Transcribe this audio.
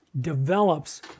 develops